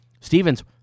Stevens